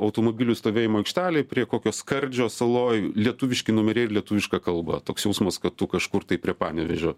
automobilių stovėjimo aikštelėj prie kokio skardžio saloj lietuviški numeriai ir lietuviška kalba toks jausmas kad tu kažkur tai prie panevėžio